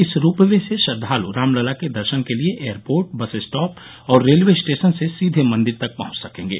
इस ropeway से श्रद्वालु रामलला के दर्शन के लिए एयरपोर्ट बस स्टाप और रेलवे स्टेशन से सीधे मंदिर तक पहुंच सकेंगे